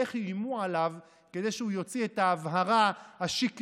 איך איימו עליו כדי שהוא יוציא את ההבהרה השקרית,